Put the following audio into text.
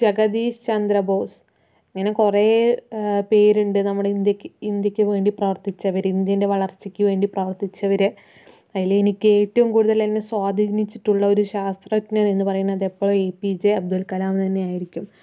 ജഗതീഷ് ചന്ദ്രബോസ് ഇങ്ങനെ കുറെ പേരുണ്ട് നമ്മുടെ ഇന്ത്യയ്ക്ക് ഇന്ത്യയ്ക്ക് വേണ്ടി പ്രവർത്തിച്ചവര് ഇന്ത്യൻ്റെ വളർച്ചയ്ക്ക് വേണ്ടി പ്രവർത്തിച്ചവര് അതിലെനിക്ക് ഏറ്റവും കൂടുതൽ എന്നെ സ്വാധീനിച്ചിട്ടുള്ള ഒരു ശാസ്ത്രജ്ഞൻ എന്ന് പറയുന്നത് എപ്പോഴും എപിജെ അബ്ദുൽ കലാം തന്നെയായിരിക്കും